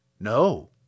No